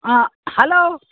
आ हालो